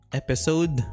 episode